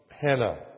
Hannah